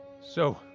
So